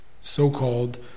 so-called